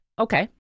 Okay